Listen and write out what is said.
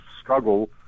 struggle